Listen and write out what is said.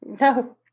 No